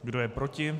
Kdo je proti?